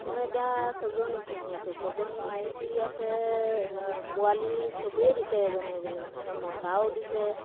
মই এতিয়া ছজনী পুহি আছোঁ ছজনী মাইকী আছে পোৱালি চবেই দিছে এজনী এজনী এতিয়া মতাও দিছে